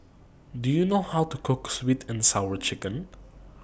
Do YOU know How to Cook Sweet and Sour Chicken